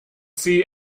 see